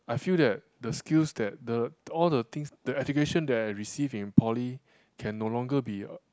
I feel that the skills that the all the things the education that I received in Poly can no longer be a